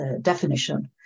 definition